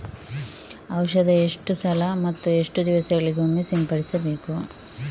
ಔಷಧ ಎಷ್ಟು ಸಲ ಮತ್ತು ಎಷ್ಟು ದಿವಸಗಳಿಗೊಮ್ಮೆ ಸಿಂಪಡಿಸಬೇಕು?